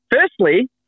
Firstly